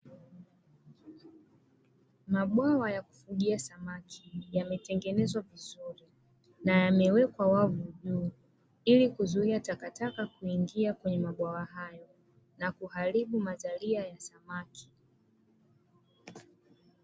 Mabwawa ya kufugia samaki, yametengenezwa vizuri na yamewekwa wavu juu ili kuzuia takataka kuingia kwenye mabwawa hayo na kuharibu mazalia ya samaki.